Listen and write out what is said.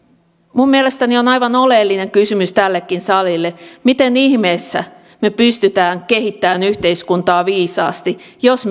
minun mielestäni on aivan oleellinen kysymys tällekin salille se miten ihmeessä me pystymme kehittämään yhteiskuntaa viisaasti jos